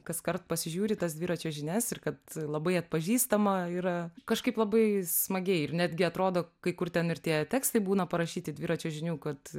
kaskart pasižiūri tas dviračio žinias ir kad labai atpažįstama yra kažkaip labai smagiai ir netgi atrodo kai kur ten ir tie tekstai būna parašyti dviračio žinių kad